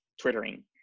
twittering